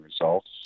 results